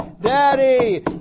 Daddy